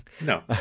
No